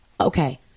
Okay